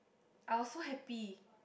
I was so happy